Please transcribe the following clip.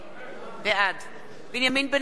בעד בנימין בן-אליעזר,